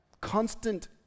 constant